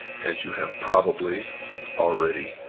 as you have probably already